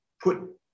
put